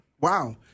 wow